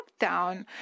lockdown